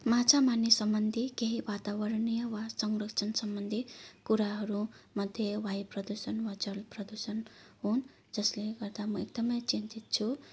माछा मार्ने सम्बन्धी केही वातावरणीय वा संरक्षणसम्बन्धी कुराहरूमध्ये वायु प्रदूषण वा जल प्रदूषण हुन् जसले गर्दा म एकदमै चिन्तित छु